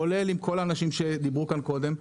כולל עם כל האנשים שדיברו כאן קודם.